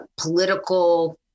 political